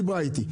דיברה איתי.